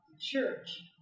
church